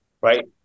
right